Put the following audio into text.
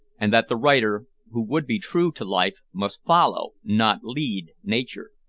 and that the writer who would be true to life must follow, not lead, nature.